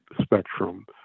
spectrum